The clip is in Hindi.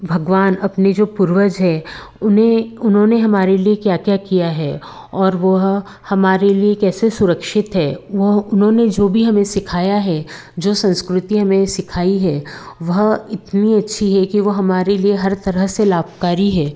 भगवान अपने जो पूर्वज है उन्हें उन्होंने हमारे लिए क्या क्या किया है और वह हमारे लिए कैसे सुरक्षित है वो उन्होंने जो भी हमें सिखाया है जो संस्कृति हमें सिखाई है वह इतनी अच्छी है कि वह हमारे लिए हर तरह से लाभकारी है